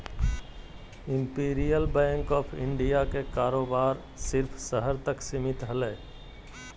imperial bank of India के कारोबार सिर्फ़ शहर तक सीमित हलय